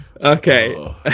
Okay